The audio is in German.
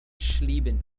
schlieben